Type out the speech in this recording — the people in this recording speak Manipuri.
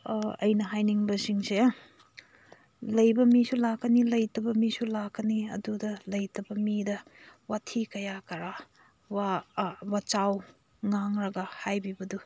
ꯑꯩꯅ ꯍꯥꯏꯅꯤꯡꯕꯁꯤꯡꯁꯦ ꯂꯩꯕ ꯃꯤꯁꯨ ꯂꯥꯛꯀꯅꯤ ꯂꯩꯇꯕ ꯃꯤꯁꯨ ꯂꯥꯛꯀꯅꯤ ꯑꯗꯨꯗ ꯂꯩꯇꯕ ꯃꯤꯗ ꯋꯥꯊꯤ ꯀꯌꯥ ꯀꯔꯥ ꯋꯥ ꯋꯥꯖꯥꯎ ꯉꯥꯡꯂꯒ ꯍꯥꯏꯕꯤꯕꯗꯨ